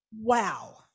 Wow